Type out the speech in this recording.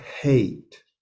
hate